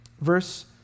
Verse